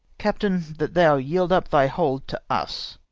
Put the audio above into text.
captain, that thou yield up thy hold to us.